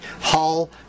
Hall